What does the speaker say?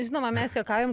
žinoma mes juokaujam